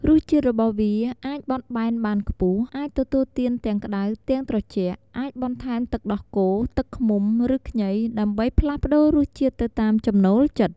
រសជាតិរបស់វាអាចបត់បែនបានខ្ពស់ អាចទទួលទានទាំងក្តៅ ទាំងត្រជាក់ អាចបន្ថែមទឹកដោះគោ ទឹកឃ្មុំ ឬខ្ញី ដើម្បីផ្លាស់ប្តូររសជាតិទៅតាមចំណូលចិត្ត។